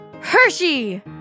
Hershey